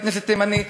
בית-כנסת תימני,